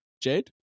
Jade